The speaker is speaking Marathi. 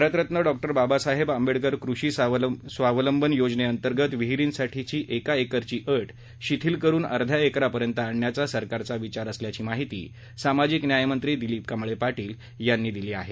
भारतरत्न डॉक्टर बाबासाहेब आंबेडकर कृषी स्वावलंबन योजनेअंतर्गत विहीरींसाठीची एका एकरची अट शिथील करून अर्ध्या एकर पर्यंत आणण्याचा सरकारचा विचार असल्याची माहिती सामाजिक न्यायमंत्री दिलीप कांबळे पाटील यांनी दिली आहे